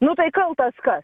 nu tai kaltas kas